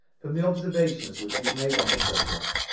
from the observations which you had made on the subject,